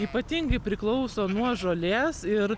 ypatingai priklauso nuo žolės ir